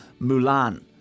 Mulan